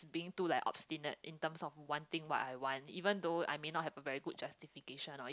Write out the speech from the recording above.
being too like obstinate in terms of wanting what I want even though I may not have a very good justification